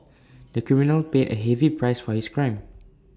the criminal paid A heavy price for his crime